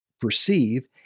perceive